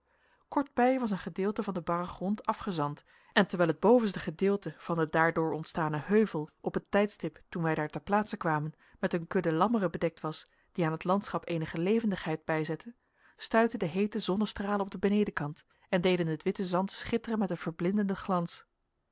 kortbij was een gedeelte van den barren grond afgezand en terwijl het bovenste gedeelte van den daardoor ontstanen heuvel op het tijdstip toen wij daar ter plaatse kwamen met eene kudde lammeren bedekt was die aan het landschap eenige levendigheid bijzette stuitten de heete zonnestralen op den benedenkant en deden het witte zand schitteren met een verblindenden glans